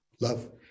love